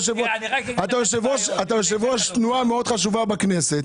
אתה יושב-ראש תנועה מאוד חשובה בכנסת,